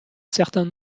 certain